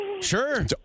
Sure